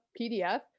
PDF